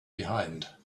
behind